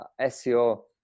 SEO